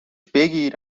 بگیر